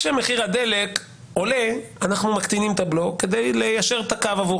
כשמחיר הדלק עולה אנחנו מקטינים את הבלו כדי ליישר את הקו עבור